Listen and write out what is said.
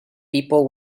people